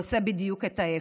הוא עושה בדיוק את ההפך.